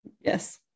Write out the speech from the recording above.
Yes